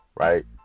Right